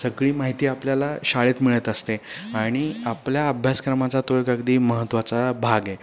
सगळी माहिती आपल्याला शाळेत मिळत असते आणि आपल्या अभ्यासक्रमाचा तो एक अगदी महत्त्वाचा भाग आहे